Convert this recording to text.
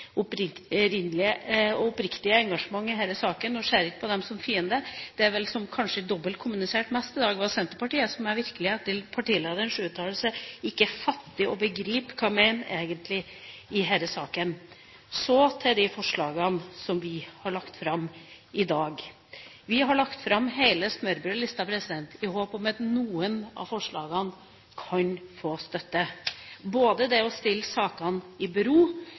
oppriktige engasjement i denne saken og ser ikke på dem som noen fiende. De som vel kanskje har dobbeltkommunisert mest i dag, er Senterpartiet, som jeg etter partilederens uttalelse virkelig ikke fatter og begriper hva egentlig mener i denne saken. Så til de forslagene som vi har lagt fram i dag. Vi har lagt fram hele smørbrødlista, i håp om at noen av forslagene kan få støtte – bl.a. om å stille sakene i bero